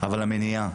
אבל המניעה,